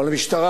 אבל המשטרה,